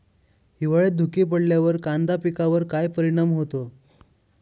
हिवाळ्यात धुके पडल्यावर कांदा पिकावर काय परिणाम होतो?